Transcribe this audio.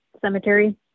Cemetery